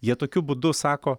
jie tokiu būdu sako